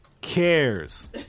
cares